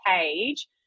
page